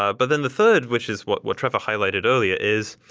ah but then the third, which is what what trevor highlighted earlier is,